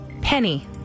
Penny